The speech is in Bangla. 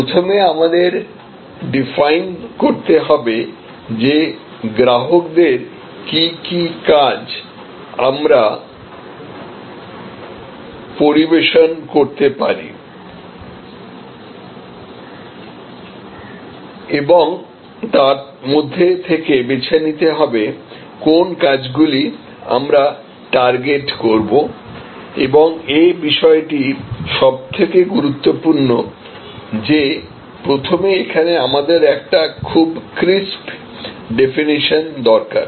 প্রথমে আমাদের ডিফাইন করতে হবে যে গ্রাহকদের কি কি কাজ আমরা পরিবেশন করতে পারি এবং তার মধ্যে থেকে বেছে নিতে হবে কোন কাজ গুলি আমরা টার্গেট করব এবং এই বিষয়টি সব থেকে গুরুত্বপূর্ণ যে প্রথমে এখানে আমাদের একটি খুব ক্রিসপ ডেফিনিশন দরকার